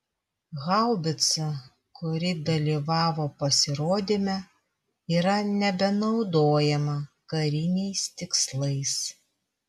haubica kuri dalyvavo pasirodyme yra nebenaudojama kariniais tikslais